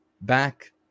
back